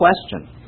question